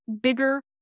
bigger